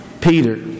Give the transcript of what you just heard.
Peter